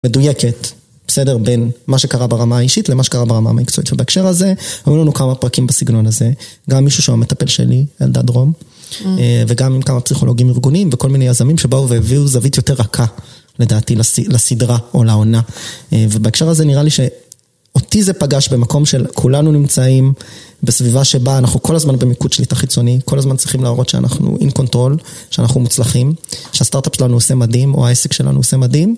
מדויקת בסדר בין מה שקרה ברמה האישית למה שקרה ברמה המקצועית. ובהקשר הזה, ראינו לנו כמה פרקים בסגנון הזה, גם מישהו שהוא המטפל שלי, אלדד דרום, וגם עם כמה פסיכולוגים ארגוניים וכל מיני יזמים שבאו והביאו זווית יותר רכה, לדעתי, לסדרה או לעונה. ובהקשר הזה נראה לי שאותי זה פגש במקום שכולנו נמצאים, בסביבה שבה אנחנו כל הזמן במיקוד שליטה חיצוני, כל הזמן צריכים להראות שאנחנו עם קונטרול, שאנחנו מוצלחים, שהסטארט-אפ שלנו עושה מדהים, או העסק שלנו עושה מדהים.